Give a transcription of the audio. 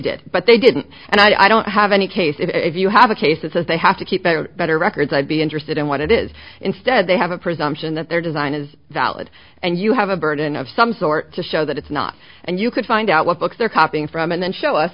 did but they didn't and i don't have any cases if you have a case that says they have to keep it or better records i'd be interested in what it is instead they have a presumption that their design is valid and you have a burden of some sort to show that it's not and you could find out what books they're copying from and then show us